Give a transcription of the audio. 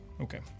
Okay